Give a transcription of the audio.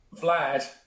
Vlad